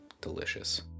delicious